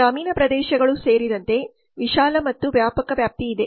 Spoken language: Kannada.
ಗ್ರಾಮೀಣ ಪ್ರದೇಶಗಳು ಸೇರಿದಂತೆ ವಿಶಾಲ ಮತ್ತು ವ್ಯಾಪಕ ವ್ಯಾಪ್ತಿ ಇದೆ